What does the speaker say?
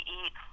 eat